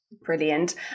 Brilliant